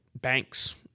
Banks